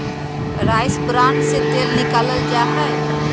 rice bran से तेल निकाल्ल जाहई